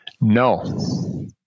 no